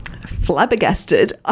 flabbergasted